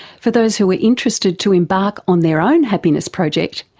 for those who are interested to embark on their own happiness project,